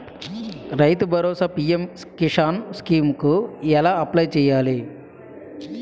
రైతు Bharosa PM Kisan scheme కు ఎలా అప్లయ్ చేయాలి?